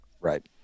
Right